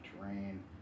terrain